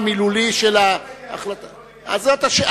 המילולי, לא נגיע לשם.